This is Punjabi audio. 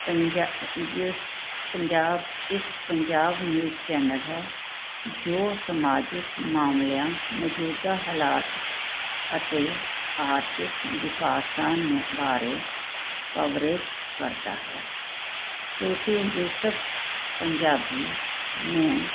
ਪੰਜਾਬ ਜਿਸ ਪੰਜਾਬ ਇੱਕ ਪੰਜਾਬ ਨਿਊਜ਼ ਚੈਨਲ ਹੈ ਜੋ ਸਮਾਜਿਕ ਮਾਮਲਿਆਂ ਮੌਜੂਦਾ ਹਾਲਾਤ ਅਤੇ ਆਰਥਿਕ ਵਿਕਾਸ ਨੂੰ ਬਾਰੇ ਕਵਰੇਜ ਕਰਦਾ ਹੈ ਤੁਸੀਂ ਯੂਸਫ ਪੰਜਾਬੀ ਨੂੰ